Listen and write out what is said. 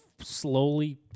slowly